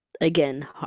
Again